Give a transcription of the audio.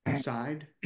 side